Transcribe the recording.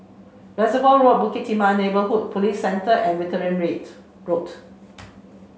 Reservoir Road Bukit Timah Neighbourhood Police Centre and Wittering Rate Road